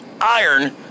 Iron